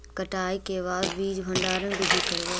कटाई के बाद बीज भंडारन बीधी करबय?